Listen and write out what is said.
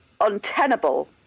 untenable